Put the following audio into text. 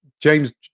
James